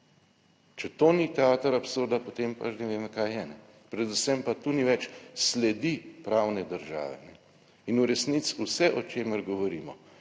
Če to ni teater absurda, potem pa / nerazumljivo/ kaj je. Predvsem pa tu ni več sledi pravne države in v resnici vse o čemer govorimo,